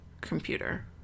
computer